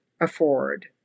afford